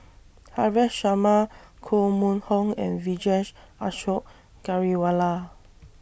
Haresh Sharma Koh Mun Hong and Vijesh Ashok Ghariwala